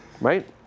right